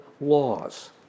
laws